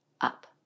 up